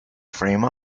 frame